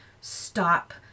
stop